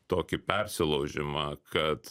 tokį persilaužimą kad